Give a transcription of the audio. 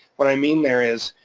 what i mean there is,